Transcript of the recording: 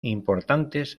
importantes